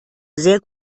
sehr